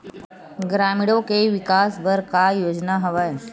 ग्रामीणों के विकास बर का योजना हवय?